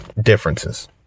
differences